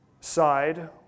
side